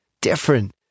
Different